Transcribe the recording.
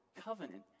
covenant